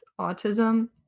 autism